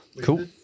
Cool